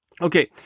Okay